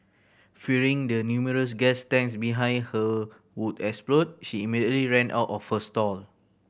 fearing the numerous gas tanks behind her would explode she immediately ran out of her stall